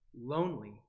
lonely